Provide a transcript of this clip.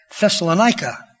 Thessalonica